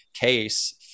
case